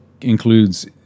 includes